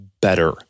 better